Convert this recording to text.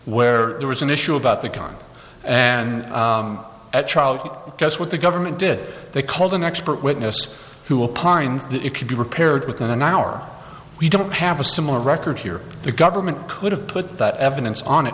where there was an issue about the gun and that child guess what the government did they called an expert witness who will pint it could be repaired within an hour we don't have a similar record here the government could have put that evidence on